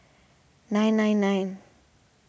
nine nine nine